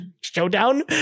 showdown